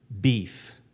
beef